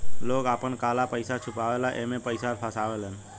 लोग आपन काला पइसा छुपावे ला एमे पइसा फसावेलन